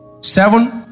seven